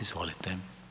Izvolite.